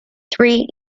three